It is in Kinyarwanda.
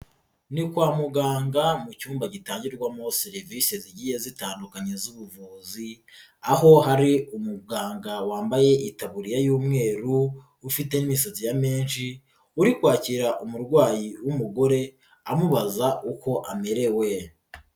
Ni kwa muganga mu cyumba gitangirwamo serivisi zigiye zitandukanye z'ubuvuzi, aho hari umuganga wambaye itaburiya y'umweru, ufite n'imisatsi ya menshi uri kwakira umurwayi w'umugore amubaza uko amerewe.